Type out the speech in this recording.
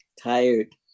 tired